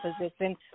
position